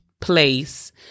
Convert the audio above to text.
place